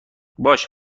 باشه